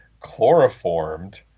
chloroformed